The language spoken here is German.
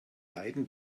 leiden